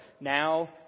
now